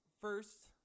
first